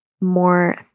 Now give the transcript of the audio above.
more